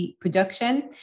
production